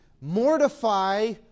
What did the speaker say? Mortify